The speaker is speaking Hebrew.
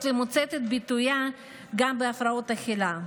ומוצאת ואת ביטויה גם בהפרעות אכילה.